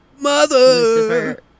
Mother